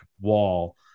wall